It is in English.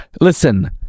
Listen